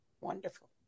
Wonderful